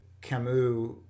Camus